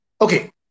Okay